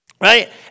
right